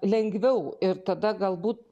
lengviau ir tada galbūt